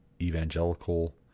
evangelical